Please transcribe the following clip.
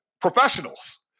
professionals